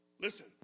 Listen